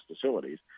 facilities